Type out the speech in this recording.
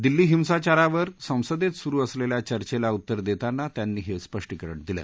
दिल्ली हिंसाचारांवर संसदेत सुरु असलेल्या चर्चेला उत्तर देताना त्यांनी हे स्पष्टीकरण दिलं